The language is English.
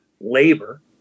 labor